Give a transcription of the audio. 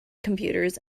computers